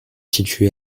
situés